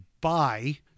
buy